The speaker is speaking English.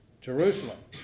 Jerusalem